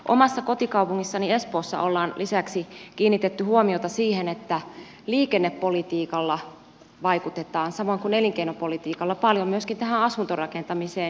omassa kotikaupungissani espoossa ollaan lisäksi kiinnitetty huomiota siihen että liikennepolitiikalla vaikutetaan samoin kuin elinkeinopolitiikalla paljon myöskin tähän asuntorakentamiseen